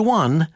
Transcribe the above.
one